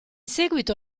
seguito